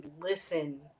listen